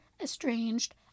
estranged